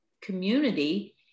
community